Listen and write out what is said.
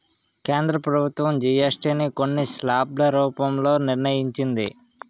కేంద్ర ప్రభుత్వం జీఎస్టీ ని కొన్ని స్లాబ్ల రూపంలో నిర్ణయించింది